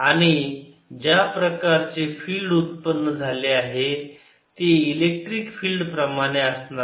आणि ज्या प्रकारचे फिल्ड उत्पन्न झाले आहे ते इलेक्ट्रिक फिल्ड प्रमाणे असणार आहे